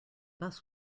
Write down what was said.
bus